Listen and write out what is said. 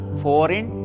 foreign